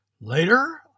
Later